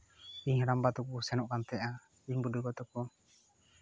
ᱤᱧ ᱦᱟᱲᱟᱢ ᱵᱟ ᱛᱟᱠᱚ ᱥᱮᱱᱚᱜ ᱠᱟᱱ ᱛᱟᱦᱮᱱᱟ ᱤᱧ ᱵᱩᱰᱤᱜᱚ ᱛᱟᱠᱚ